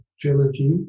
trilogy